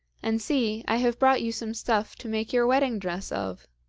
and see, i have brought you some stuff to make your wedding-dress of